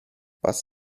was